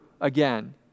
again